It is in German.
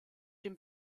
dem